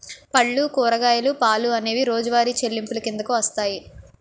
పళ్ళు కూరగాయలు పాలు అనేవి రోజువారి చెల్లింపులు కిందకు వస్తాయి